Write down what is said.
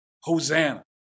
Hosanna